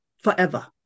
Forever